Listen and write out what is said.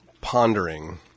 pondering